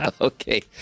Okay